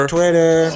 Twitter